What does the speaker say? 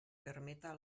permeta